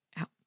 out